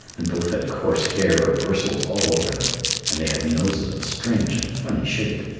and both had coarse hair or bristles all over them, and they had noses of a strange and funny shape.